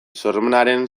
sormenaren